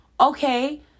Okay